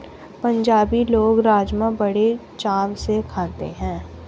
पंजाबी लोग राज़मा बड़े चाव से खाते हैं